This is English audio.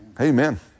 Amen